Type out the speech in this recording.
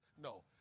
No